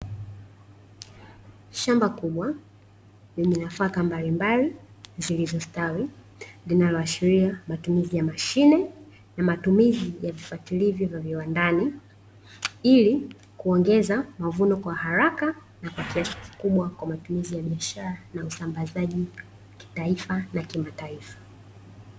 Shamba kubwa lenye nafaka mbalimbali, zilizostawi linaloashiria matumizi ya mashine na matumizi ya vifuatilivu vya viwandani, ili kuongeza mavuno kwa haraka, na kwa kiasi kikubwa kwa matumizi ya biashara na usambazaji kitaifa na kimataifa.